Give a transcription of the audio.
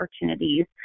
opportunities